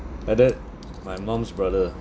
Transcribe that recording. heard that my mum's brother